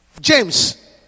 James